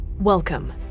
Welcome